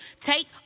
Take